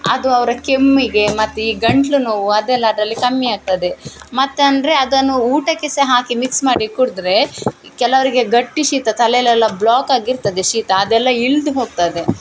ಅದು ಅವರ ಕೆಮ್ಮಿಗೆ ಮತ್ತು ಈ ಗಂಟಲು ನೋವು ಅದೆಲ್ಲ ಅದರಲ್ಲಿ ಕಮ್ಮಿ ಆಗ್ತದೆ ಮತ್ತಂದರೆ ಅದನ್ನು ಊಟಕ್ಕೆ ಸಹ ಹಾಕಿ ಮಿಕ್ಸ್ ಮಾಡಿ ಕುಡಿದ್ರೆ ಕೆಲವರಿಗೆ ಗಟ್ಟಿ ಶೀತ ತಲೆಲ್ಲೆಲ್ಲ ಬ್ಲಾಕ್ ಆಗಿರ್ತದೆ ಶೀತ ಅದೆಲ್ಲ ಇಳ್ದು ಹೋಗ್ತದೆ